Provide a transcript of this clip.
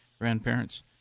grandparents